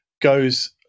goes